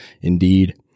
Indeed